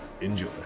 Enjoy